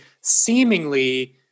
seemingly